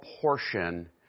portion